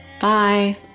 Bye